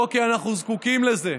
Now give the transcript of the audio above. לא כי אנחנו זקוקים לזה,